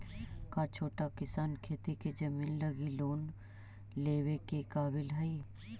का छोटा किसान खेती के जमीन लगी लोन लेवे के काबिल हई?